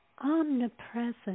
Omnipresent